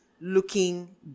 looking